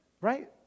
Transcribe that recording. right